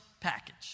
package